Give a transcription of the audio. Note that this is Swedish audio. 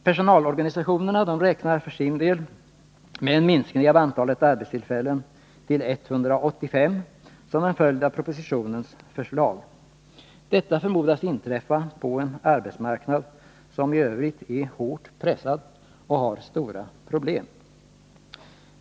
Personalorganisationerna räknar för sin del med en minskning av antalet arbetstillfällen till 185 som en följd av propositionens förslag. Detta förmodas inträffa på en arbetsmarknad som i övrigt är hårt pressad och har stora problem.